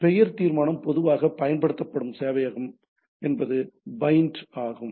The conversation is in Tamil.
பெயர் தீர்மானம் பொதுவாக பயன்படுத்தப்படும் சேவையகம் என்பது BIND ஆகும்